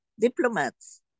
diplomats